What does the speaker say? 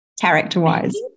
character-wise